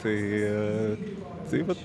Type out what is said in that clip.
tai tai vat